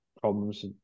problems